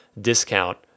discount